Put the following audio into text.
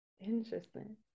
Interesting